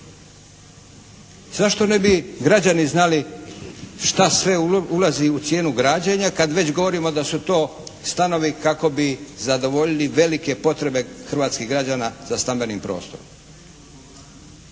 Zašto ne bi građani znali što sve ulazi u cijenu građenja kad već govorimo da su to stanovi kako bi zadovoljili velike potrebe hrvatskih građana za stambenim prostorom.